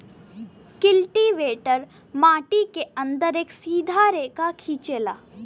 cultivator मट्टी के अंदर एक सीधा रेखा खिंचेला